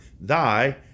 thy